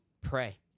pray